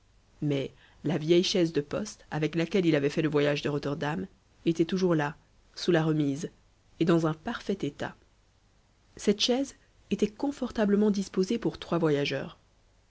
mais la vieille chaise de poste avec laquelle il avait fait le voyage de rotterdam était toujours là sous la remise et dans un parfait état cette chaise était confortablement disposée pour trois voyageurs